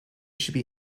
should